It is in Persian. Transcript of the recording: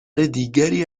دیگری